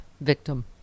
victim